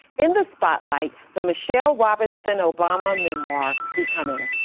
in the spotlight, the michelle robinson obama memoir, becoming.